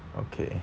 okay